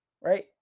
right